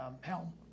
helm